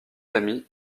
amis